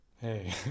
hey